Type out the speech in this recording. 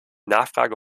nachfrage